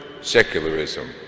secularism